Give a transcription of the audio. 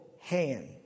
hand